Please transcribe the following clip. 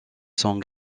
sont